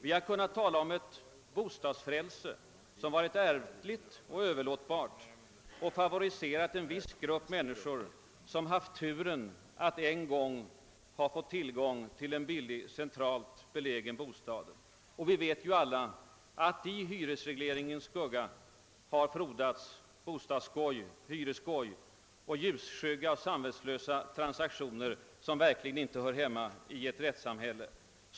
Vi har kunnat tala om ett bostadsfrälse som varit ärftligt och överlåtbart och som favoriserat en liten grupp människor som haft turen att en gång ha fått tillgång till en billig, centralt belägen bostad. Vi vet alla att det i hyresregleringens skugga frodats bostadsskoj, hyresskoj och ljusskygga, samvetslösa transaktioner som verkligen inte hör hemma i ett rättssamhälle.